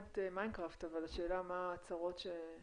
את מיינדקראפט אבל השאלה מה הצרות שהוא